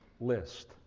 list